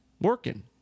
working